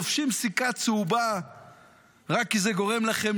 לובשים סיכה צהובה רק כי זה גורם לכם